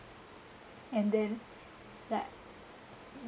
and then like